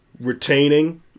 retaining